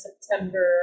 September